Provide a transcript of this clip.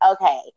okay